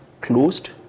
closed